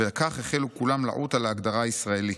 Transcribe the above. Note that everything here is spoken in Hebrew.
וכך החלו כולם לעוט על ההגדרה ישראלי.